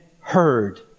heard